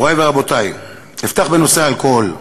מורי ורבותי, אפתח בנושא האלכוהול.